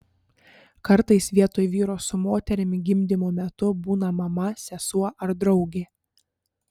kartais vietoj vyro su moterimi gimdymo metu būna mama sesuo ar draugė